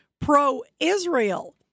pro-Israel